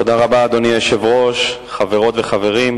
אדוני היושב-ראש, חברות וחברים,